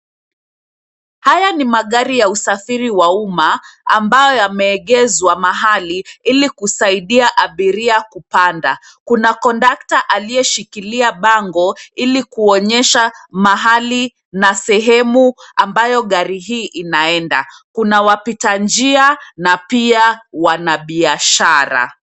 Haya ni magari ya usafiri wa umma ambayo yameegezwa mahali ili kusaidia abiria kupanda. Kuna kondakta aliyeshikilia bango ili kuonyesha mahali na sehemu ambayo gari hii inaenda. Kuna wapita njia na pia wanabiashara.